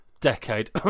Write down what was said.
decade